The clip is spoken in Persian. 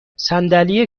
صندلی